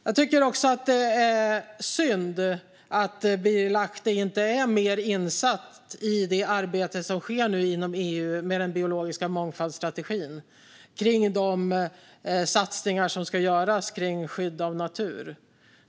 Jag tycker också att det är synd att Birger Lahti inte är mer insatt i det arbete som nu sker inom EU med den biologiska mångfaldsstrategin kring de satsningar som ska göras när det gäller skydd av natur.